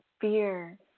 fear